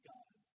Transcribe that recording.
God